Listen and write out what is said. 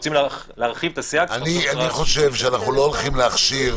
אני חושב שאנחנו לא הולכים להכשיר